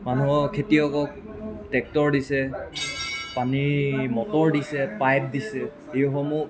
মানুহক খেতিয়কক টেক্টৰ দিছে পানীৰ মটৰ দিছে পাইপ দিছে এইসমূহ